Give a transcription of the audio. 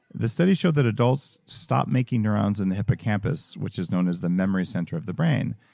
the study showed that adults stopped making neurons in the hippocampus, which is known as the memory center of the brain,